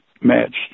matched